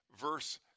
verse